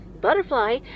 butterfly